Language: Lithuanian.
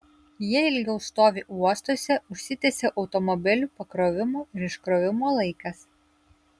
jie ilgiau stovi uostuose užsitęsia automobilių pakrovimo ir iškrovimo laikas